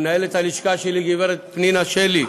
למנהלת הלשכה שלי הגברת פנינה שלי,